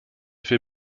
für